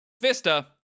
Vista